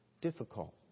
difficult